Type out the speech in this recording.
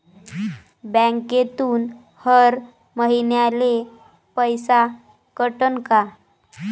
बँकेतून हर महिन्याले पैसा कटन का?